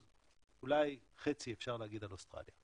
אז אולי חצי אפשר להגיד על אוסטרליה.